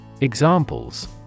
Examples